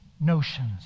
notions